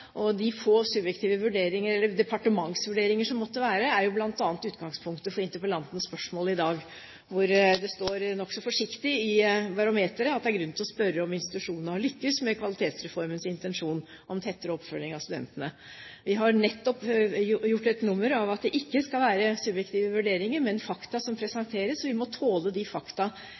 og de få subjektive departementsvurderinger som måtte være, er jo bl.a. utgangspunktet for interpellantens spørsmål i dag. Det står nokså forsiktig i barometeret at det er grunn til å spørre om institusjonene har lyktes med Kvalitetsreformens intensjon om tettere oppfølging av studentene. Vi har nettopp gjort et nummer av at det ikke skal være subjektive vurderinger, men fakta som presenteres, så vi må tåle de